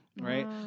Right